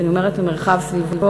כשאני אומרת "המרחב סביבו",